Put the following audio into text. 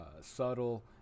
subtle